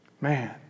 Man